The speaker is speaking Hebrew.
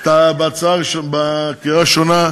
בקריאה ראשונה.